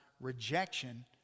rejection